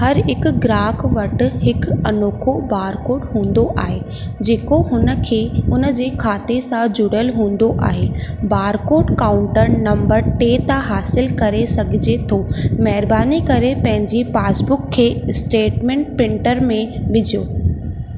हर हिकु ग्राहक वटि हिकु अनोखो बारकोड हूंदो आहे जेको हुन जे खाते सां जुड़ियलु हूंदो आहे बारकोड काउंटर नंबर टे तां हासिलु करे सघिजे थो महिरबानी करे पंहिंजी पासबुक खे स्टेटमेंट प्रिंटर में विझो